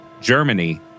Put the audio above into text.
Germany